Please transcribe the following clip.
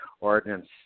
ordinance